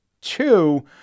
two